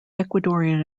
ecuadorian